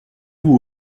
vous